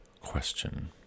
question